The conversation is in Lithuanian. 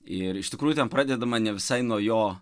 ir iš tikrųjų ten pradedama ne visai nuo jo